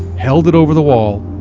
held it over the wall,